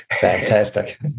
fantastic